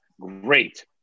great